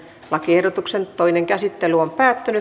lakiehdotuksen toinen käsittely päättyi